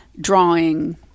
drawing